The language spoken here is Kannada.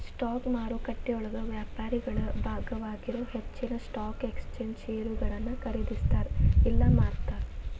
ಸ್ಟಾಕ್ ಮಾರುಕಟ್ಟೆಯೊಳಗ ವ್ಯಾಪಾರಿಗಳ ಭಾಗವಾಗಿರೊ ಹೆಚ್ಚಿನ್ ಸ್ಟಾಕ್ ಎಕ್ಸ್ಚೇಂಜ್ ಷೇರುಗಳನ್ನ ಖರೇದಿಸ್ತಾರ ಇಲ್ಲಾ ಮಾರ್ತಾರ